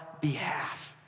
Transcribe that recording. behalf